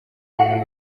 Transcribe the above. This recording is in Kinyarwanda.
w’ubumwe